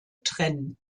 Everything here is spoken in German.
trennen